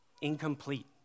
incomplete